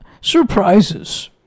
surprises